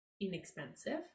inexpensive